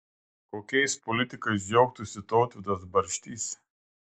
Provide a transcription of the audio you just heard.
kokiais politikais džiaugtųsi tautvydas barštys